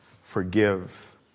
forgive